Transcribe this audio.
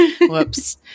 Whoops